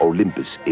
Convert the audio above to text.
Olympus